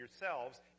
yourselves